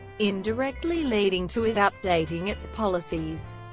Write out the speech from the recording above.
indirectly leading to it updating its policies.